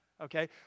okay